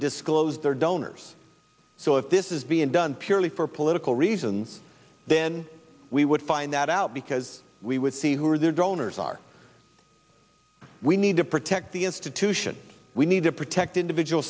disclose their donors so if this is being done purely for political reasons then we would find that out because we would see who are their donors are we need to protect the institution we need to protect individual